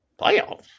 Playoffs